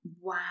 Wow